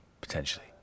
potentially